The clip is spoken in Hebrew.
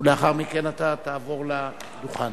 ולאחר מכן תעבור לדוכן.